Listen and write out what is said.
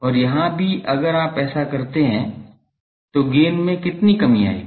और यहाँ भी अगर आप ऐसा करते हैं तो गेन में कितनी कमी आएगी